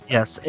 Yes